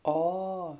orh